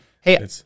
Hey